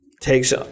takes